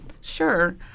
Sure